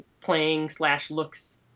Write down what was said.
playing-slash-looks